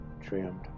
trimmed